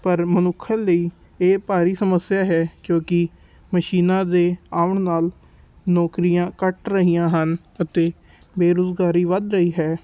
ਪਰ ਮਨੁੱਖਾਂ ਲਈ ਇਹ ਭਾਰੀ ਸਮੱਸਿਆ ਹੈ ਕਿਉਂਕਿ ਮਸ਼ੀਨਾਂ ਦੇ ਆਉਣ ਨਾਲ ਨੌਕਰੀਆਂ ਘੱਟ ਰਹੀਆਂ ਹਨ ਅਤੇ ਬੇਰੁਜ਼ਗਾਰੀ ਵੱਧ ਰਹੀ ਹੈ